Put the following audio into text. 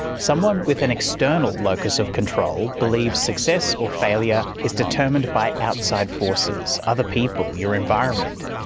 someone with an external locus of control believes success or failure is determined by outside forces, other people, your environment.